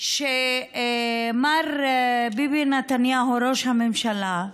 שמר ביבי נתניהו, ראש הממשלה,